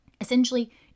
Essentially